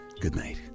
goodnight